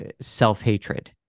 self-hatred